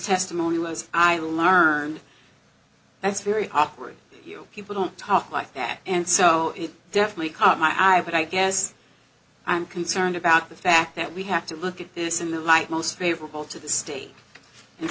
testimony was i learned that's very awkward you people don't talk like that and so it definitely caught my eye but i guess i'm concerned about the fact that we have to look at this in the light most favorable to the state and